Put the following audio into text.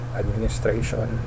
administration